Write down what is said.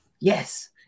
Yes